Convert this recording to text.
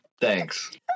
Thanks